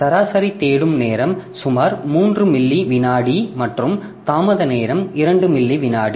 எனவே சராசரி தேடும் நேரம் சுமார் 3 மில்லி விநாடி மற்றும் தாமத நேரம் 2 மில்லி விநாடி